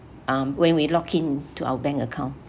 um when we login to our bank account